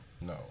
no